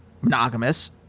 monogamous